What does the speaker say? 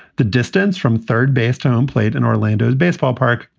the distance from third base town played in orlando's baseball park.